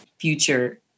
future